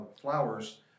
flowers